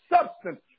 substance